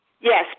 Yes